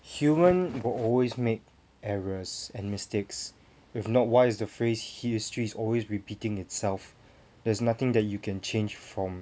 human will always make errors and mistakes if not why is the phrase history is always repeating itself there's nothing that you can change from